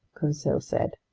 conseil said.